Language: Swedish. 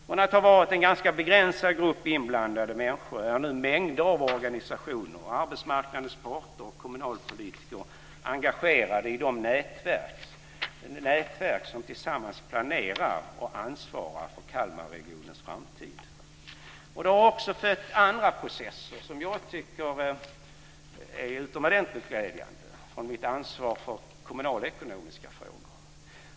Tidigare var en ganska begränsad grupp människor inblandad, men nu är mängder av organisationer, arbetsmarknadens parter och kommunalpolitiker engagerade i de nätverk som tillsammans planerar och ansvarar för Kalmarregionens framtid. Det har också fött andra processer, som jag tycker är utomordentligt glädjande utifrån mitt ansvar för kommunalekonomiska frågor.